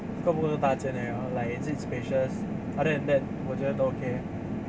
够不够大间而已 lor like is it spacious other than that 我觉得都 okay eh